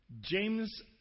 James